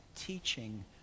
teaching